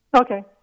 Okay